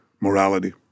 morality